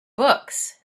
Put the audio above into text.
books